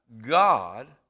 God